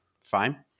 fine